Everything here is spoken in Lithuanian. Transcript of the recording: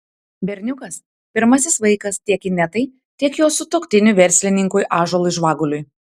berniukas pirmasis vaikas tiek inetai tiek jos sutuoktiniui verslininkui ąžuolui žvaguliui